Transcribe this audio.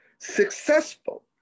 successful